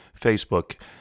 Facebook